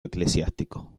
eclesiástico